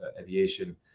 aviation